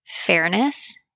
fairness